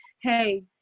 Hey